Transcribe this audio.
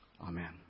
Amen